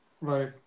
Right